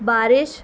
بارش